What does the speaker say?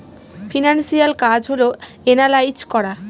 financial কাজ হল analyse করা